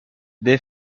des